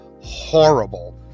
horrible